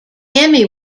emmy